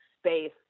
space